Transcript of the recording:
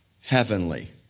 heavenly